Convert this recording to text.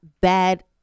bad